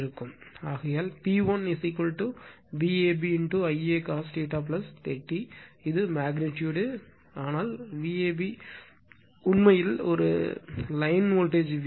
ஆகையால் P1 Vab Ia cos 30 இது magnitude இது மெக்னிட்யூடு ஆனால் Vab உண்மையில் ஒரு லைன் வோல்டேஜ் VL